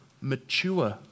mature